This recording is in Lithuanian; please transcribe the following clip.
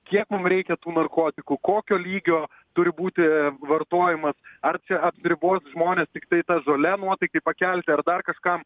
kiek mum reikia tų narkotikų kokio lygio turi būti vartojimas ar apribot žmones tiktai ta žole nuotaikai pakelti ar dar kažkam